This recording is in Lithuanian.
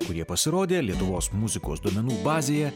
kurie pasirodė lietuvos muzikos duomenų bazėje